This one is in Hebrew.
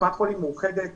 קופת חולים מאוחדת